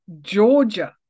Georgia